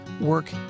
work